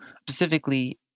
specifically